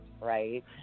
right